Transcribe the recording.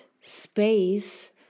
space